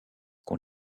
qu’on